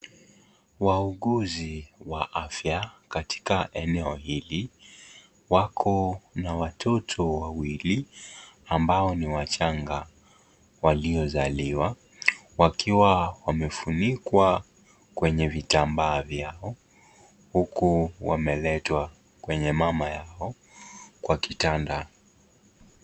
Wauguzi wa afya katika eneo hili wako na watoto wawili, ambao ni wachanga waliozaliwa wakiwa wamefunikwa kwenye vitambaa vyao huku wameletwa kwenye mama yao kwa kitanda